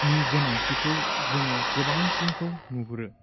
नि गोनांथिखौ जोङो गोबांसिनखौ नुहुरो